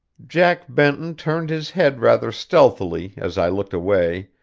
jack benton turned his head rather stealthily as i looked away,